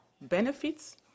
benefits